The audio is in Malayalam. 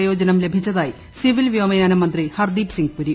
പ്രയോജനം ലഭിച്ചതായി സിപിൽ വ്യോമയാന മന്ത്രി ഹർദീപ് സിംഗ്പുരി